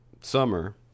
summer